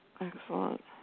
Excellent